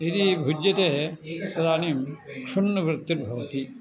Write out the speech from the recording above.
यदि भुज्यते तदानीं क्षुण्णवृत्तिर्भवति